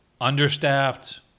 understaffed